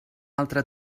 altre